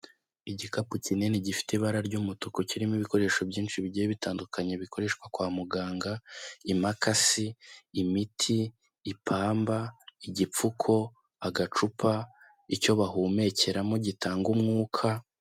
Igikapu kinini gifite ibara ry'umutuku kirimo ibikoresho byinshi bigiye bitandukanye bikoreshwa kwa muganga: imakasi, imiti, ipamba, igipfuko, agacupa, icyo bahumekeramo gitanga umwuka.